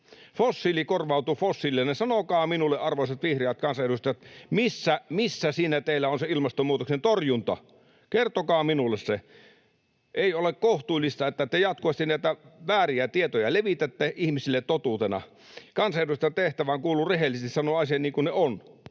Fossiili korvautuu fossiililla — sanokaa minulle, arvoisat vihreät kansanedustajat, [Satu Hassin välihuuto] missä siinä teillä on se ilmastonmuutoksen torjunta? Kertokaa minulle se. Ei ole kohtuullista, että te jatkuvasti näitä vääriä tietoja levitätte ihmisille totuutena. Kansanedustajan tehtävään kuuluu rehellisesti sanoa asiat niin kuin ne